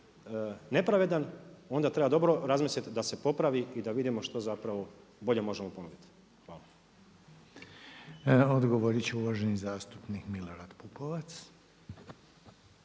nepravedan onda treba dobro razmisliti da se popravi i da vidimo što zapravo bolje možemo ponuditi. Hvala. **Reiner, Željko (HDZ)** Odgovorit će uvaženi zastupnik Milorad Pupovac.